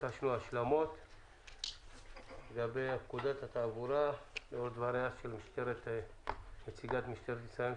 ביקשנו השלמות לגבי פקודת התעבורה לאור דבריה של נציגת משטרת ישראל,